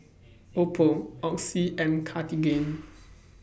Oppo Oxy and Cartigain